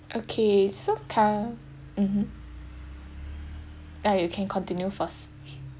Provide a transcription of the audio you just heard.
okay so ca~ mmhmm ah you can continue first